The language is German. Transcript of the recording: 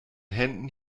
händen